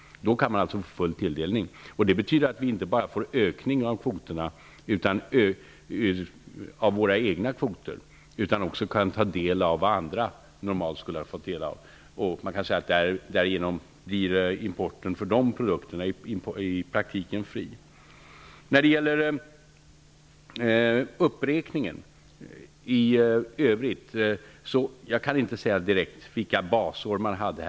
Då kan man alltså få full tilldelning. Det betyder att vi inte bara får ökning av våra egna kvoter, utan också kan ta del av vad andra normalt skulle ha fått del av. Man kan säga att importen för de produkterna därigenom i praktiken blir fri. När det gäller uppräkningen i övrigt kan jag inte direkt säga vilka basår man hade.